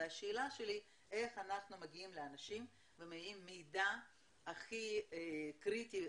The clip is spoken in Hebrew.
והשאלה שלי איך אנחנו מגיעים לאנשים עם מידע הכי קריטי,